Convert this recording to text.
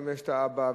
שימש את האבא,